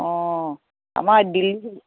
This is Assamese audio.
অঁ আমাৰ দিল্লী